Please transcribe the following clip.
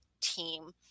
team